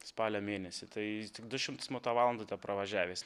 spalio mėnesį tai jis tik du šimtus moto valandų tepravažiavęs